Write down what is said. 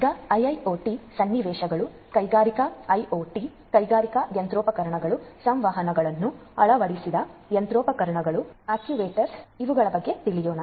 ಈಗ IIoT IIoT ಸನ್ನಿವೇಶಗಳು ಕೈಗಾರಿಕಾ ಐಒಟಿ ಕೈಗಾರಿಕಾ ಯಂತ್ರೋಪಕರಣಗಳು ಸಂವಹನಗಳನ್ನು ಅಳವಡಿಸಿದ ಯಂತ್ರೋಪಕರಣಗಳು ಅಕ್ಟುಏಟರ್ಸ್ ಇವುಗಳ ಬಗ್ಗೆ ತಿಳಿಯೋಣ